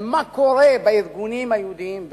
ולמה שקורה בארגונים היהודיים בארצות-הברית.